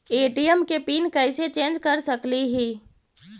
ATM के PIN कैसे change कर सकली ही?